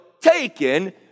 taken